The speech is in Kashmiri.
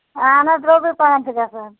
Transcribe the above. اَہَن حظ درٛۅگٕے پَہم چھُ گژھان